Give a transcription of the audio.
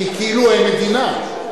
כי כאילו הם מדינה,